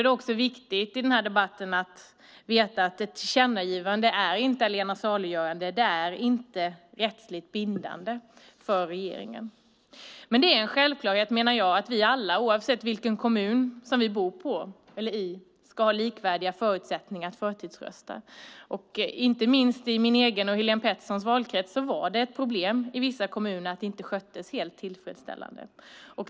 Det är viktigt att veta i debatten att ett tillkännagivande inte är allena saliggörande. Det är inte rättsligt bindande för regeringen. Det är en självklarhet, menar jag, att vi alla oavsett vilken kommun vi bor i ska ha likvärdiga förutsättningar att förtidsrösta. Inte minst i min egen och Helene Peterssons valkrets var detta ett problem i vissa kommuner. Det sköttes inte helt tillfredsställande.